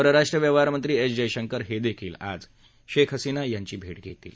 परराष्ट्र व्यवहार मंत्री एस जयशंकर यांनी आज शेख हसीना यांची भेट घेतली